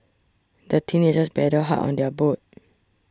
the teenagers paddled hard on their boat